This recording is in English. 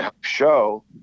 show